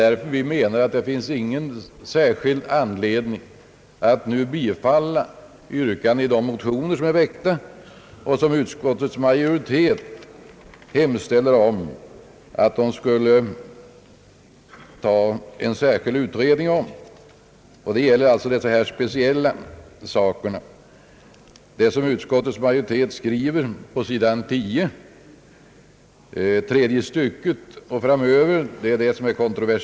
Därför menar vi att det inte finns någon särskild anledning att bifalla yrkandet i de väckta motionerna genom att låta en utredning ta hand om frågan på det sätt utskottets majoritet har föreslagit. Det kontroversiella är alltså vad utskottets majoritet skriver på s. 10 i tredje stycket och framöver.